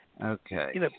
Okay